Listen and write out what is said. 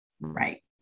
Right